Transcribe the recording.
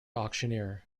auctioneer